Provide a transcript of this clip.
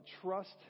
Trust